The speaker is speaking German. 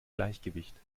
gleichgewicht